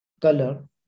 color